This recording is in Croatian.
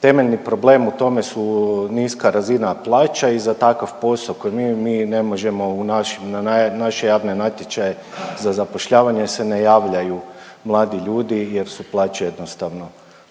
temeljni problem u tome su niska razina plaća i za takav poso koji mi ne možemo … na naš javni natječaj za zapošljavanje se ne javljaju mladi ljudi jer su plaće jednostavno